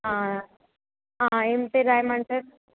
ఏంటి రాయమంటారు